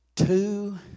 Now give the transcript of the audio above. Two